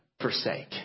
forsake